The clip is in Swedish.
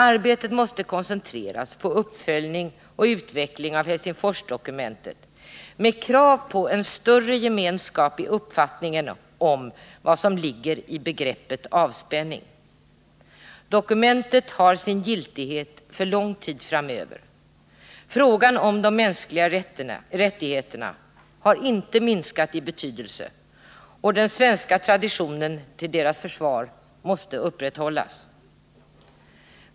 Arbetet måste koncentreras på uppföljning och utveckling av Helsingforsdokumentet med krav på en större gemenskap i uppfattningen av vad som ligger i begreppet avspänning. Dokumentet har sin giltighet för lång tid framöver. Frågan om de mänskliga rättigheterna har inte minskat i betydelse, och den svenska traditionen att verka för deras försvar måste upprätthållas.